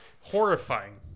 horrifying